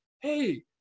hey